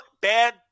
bad